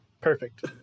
Perfect